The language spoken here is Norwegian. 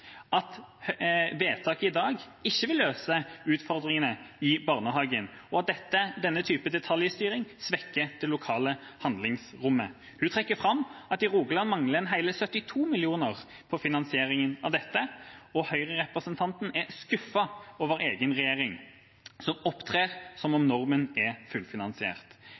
i dag ikke vil løse utfordringene i barnehagen, og at denne typen detaljstyring svekker det lokale handlingsrommet. Hun trekker fram at i Rogaland mangler en hele 79 mill. kr for finansieringen av dette, og Høyre-representanten er skuffet over egen regjering, som opptrer som om normen er fullfinansiert.